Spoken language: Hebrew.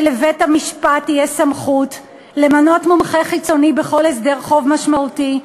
שלבית-המשפט תהיה סמכות למנות מומחה חיצוני בכל הסדר חוב משמעותי,